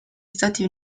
stati